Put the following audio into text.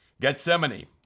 Gethsemane